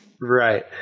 right